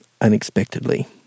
unexpectedly